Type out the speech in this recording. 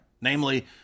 Namely